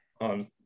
on